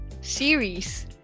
series